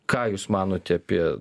ką jūs manote apie